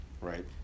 right